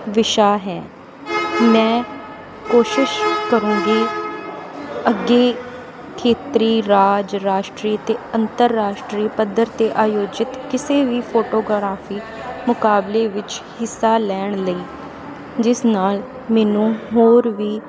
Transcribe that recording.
ਵਿਸ਼ਾ ਹੈ ਮੈਂ ਕੋਸ਼ਿਸ਼ ਕਰੂੰਗੀ ਅੱਗੇ ਖੇਤਰੀ ਰਾਜ ਰਾਸ਼ਟਰੀ ਅਤੇ ਅੰਤਰਰਾਸ਼ਟਰੀ ਪੱਧਰ 'ਤੇ ਆਯੋਜਿਤ ਕਿਸੇ ਵੀ ਫੋਟੋਗਰਾਫੀ ਮੁਕਾਬਲੇ ਵਿੱਚ ਹਿੱਸਾ ਲੈਣ ਲਈ ਜਿਸ ਨਾਲ ਮੈਨੂੰ ਹੋਰ ਵੀ